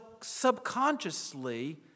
subconsciously